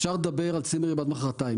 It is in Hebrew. אפשר לדבר על צימרים עד מחרתיים.